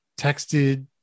texted